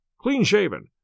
clean-shaven